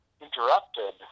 interrupted